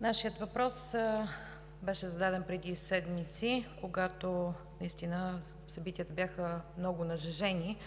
Нашият въпрос беше зададен преди седмици, когато събитията бяха много нажежени